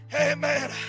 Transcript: Amen